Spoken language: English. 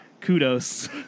Kudos